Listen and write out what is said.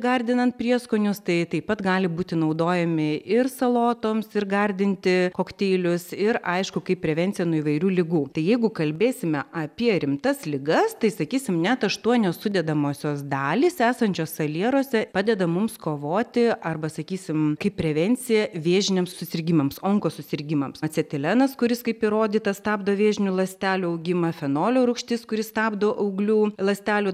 gardinant prieskonius tai taip pat gali būti naudojami ir salotoms ir gardinti kokteilius ir aišku kaip prevencija nuo įvairių ligų tai jeigu kalbėsime apie rimtas ligas tai sakysim net aštuonios sudedamosios dalys esančios salieruose padeda mums kovoti arba sakysim kaip prevencija vėžiniams susirgimams onko susirgimams acetilenas kuris kaip įrodyta stabdo vėžinių ląstelių augimą fenolio rūgštis kuri stabdo auglių ląstelių